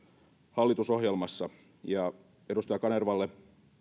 hallitusohjelmassa ja edustaja kanervalle